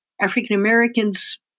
African-Americans